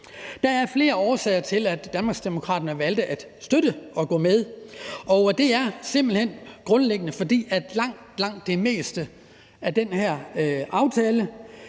Der var flere årsager til, at Danmarksdemokraterne valgte at støtte det og gå med, og det er simpelt hen grundlæggende, fordi langt, langt det meste i den her aftale